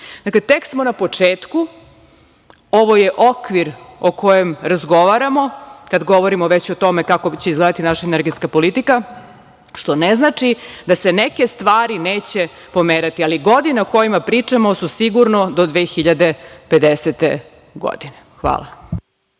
tek smo na početku, ovo je okvir o kojem razgovaramo, kada govorimo već o tome kako će izgledati naša energetska politika, što ne znači da se neke stvari neće pomerati. Godine, o kojima pričamo su sigurno do 2050. godine. Hvala.